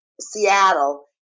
Seattle